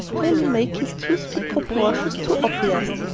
really make his toothpick proportions too obvious.